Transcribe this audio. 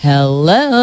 Hello